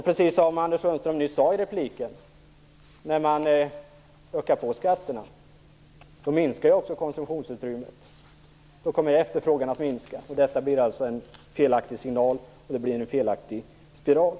Precis som Anders Sundström sade nyss i sitt inlägg, så minskar konsumtionsutrymmet när man ökar skatterna, och efterfrågan kommer då att minska. Detta blir en felaktig signal, och det blir en felaktig spiral.